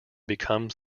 becomes